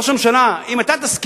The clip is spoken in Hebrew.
ראש הממשלה, אם אתה תסכים